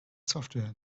software